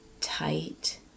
tight